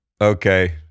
Okay